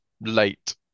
late